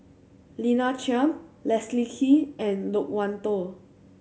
Lina Chiam Leslie Kee and Loke Wan Tho